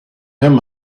him